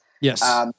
Yes